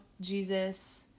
Jesus